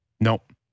Nope